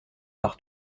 par